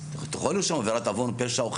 אתה יכול לרשום עבירת עוון, פשע או חטא.